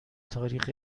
تاریخ